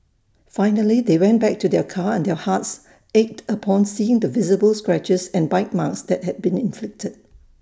finally they went back to their car and their hearts ached upon seeing the visible scratches and bite marks that had been inflicted